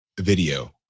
video